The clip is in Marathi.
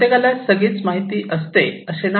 प्रत्येकाला सगळीच माहिती असतात असे नाही